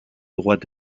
droits